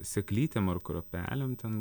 sėklytėm ar kruopelėm ten